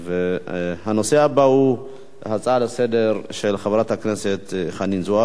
הנושא הבא הוא הצעה לסדר-היום של חברת הכנסת חנין זועבי